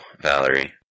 Valerie